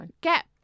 get